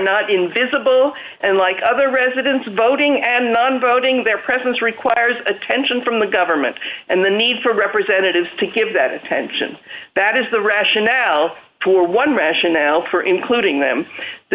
not invisible and like other residents voting and non voting their presence requires attention from the government and the need for representatives to give that attention that is the rationale for one rationale for including them the